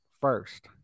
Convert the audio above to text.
first